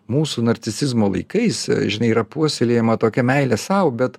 mūsų narcisizmo laikais žinai yra puoselėjama tokia meilė sau bet